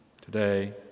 Today